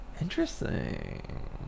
Interesting